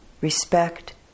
respect